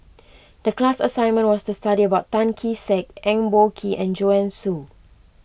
the class assignment was to study about Tan Kee Sek Eng Boh Kee and Joanne Soo